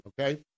Okay